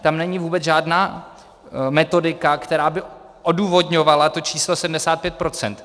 Tam není vůbec žádná metodika, která by odůvodňovala to číslo 75 %.